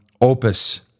opus